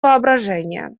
воображения